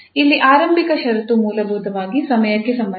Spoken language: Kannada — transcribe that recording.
ಇಲ್ಲಿ ಆರಂಭಿಕ ಷರತ್ತು ಮೂಲಭೂತವಾಗಿ ಸಮಯಕ್ಕೆ ಸಂಬಂಧಿಸಿದೆ